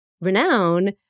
renown